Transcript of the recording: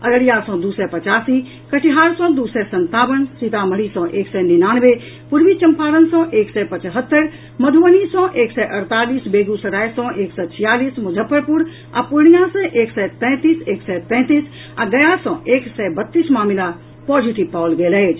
अररिया सँ दू सय पचासी कटिहार सँ दू सय संतावन सीतामढ़ी सँ एक सय निनानवे पूर्वी चम्पारण सँ एक सय पचहत्तरि मधुबनी सँ एक सय अड़तालीस बेगूसराय सँ एक सय छियालीस मुजफ्फरपुर आ पूर्णियां सँ एक सय तैंतीस एक सय तैंतीस आ गया सँ एक सय बत्तीस मामिला पॉजिटिव पाओल गेल अछि